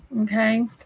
okay